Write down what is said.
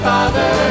Father